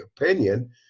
opinion